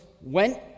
went